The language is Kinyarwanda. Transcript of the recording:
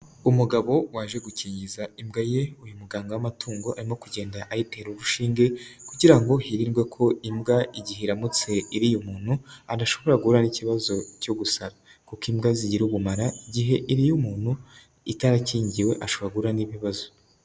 Umugabo waje gukingiza imbwa ye, uyu muganga w'amatungo arimo kugenda ayitera urushinge kugira ngo hirindwe ko imbwa igihe iramutse iriye umuntu, adashobora guhura n'ikibazo cyo gusara, kuko imbwa zigira ubumara igihe iriye umuntu itarakingiwe ashobora guhura n'ibibazo.